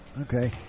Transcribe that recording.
Okay